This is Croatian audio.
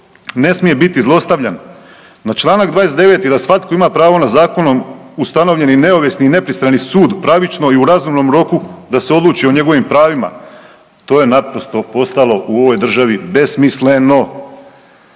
ne smije biti zlostavljan, na čl. 29. da svatko ima pravo na zakonom ustavljeni neovisni i nepristrani sud pravično i u razumnom roku da se odluči o njegovim pravima. To je naprosto postalo u ovoj državi besmisleno